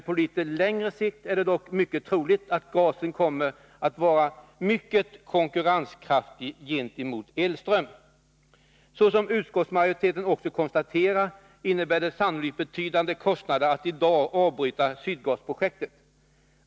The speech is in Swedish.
På litet längre sikt är det dock mycket troligt att gasen kommer att vara mycket konkurrenskraftig gentemot elström. Såsom utskottsmajoriteten också konstaterar, innebär det sannolikt betydande kostnader att i dag avbryta Sydgasprojektet.